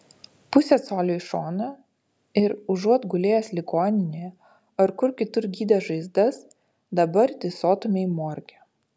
pusė colio į šoną ir užuot gulėjęs ligoninėje ar kur kitur gydęs žaizdas dabar tysotumei morge